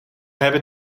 hebben